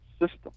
system